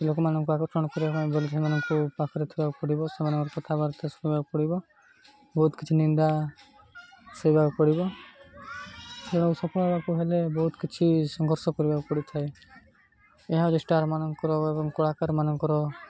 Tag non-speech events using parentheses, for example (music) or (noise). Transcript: ଲୋକମାନଙ୍କୁ ଆକର୍ଷଣ କରିବା ପାଇଁ ବୋଲେ ସେମାନଙ୍କୁ ପାଖରେ (unintelligible) ପଡ଼ିବ ସେମାନଙ୍କର କଥାବାର୍ତ୍ତା ଶୁଣିବାକୁ ପଡ଼ିବ ବହୁତ କିଛି ନିନ୍ଦା ଶୁଣିବାକୁ ପଡ଼ିବ ଏବଂ ସଫଳ ହବାକୁ ହେଲେ ବହୁତ କିଛି ସଂଘର୍ଷ କରିବାକୁ ପଡ଼ିଥାଏ ଏହା ଷ୍ଟାର୍ମାନଙ୍କର ଏବଂ କଳାକାରମାନଙ୍କର